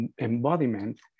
embodiment